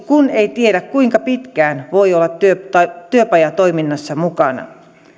kun ei tiedä kuinka pitkään voi olla työpajatoiminnassa mukana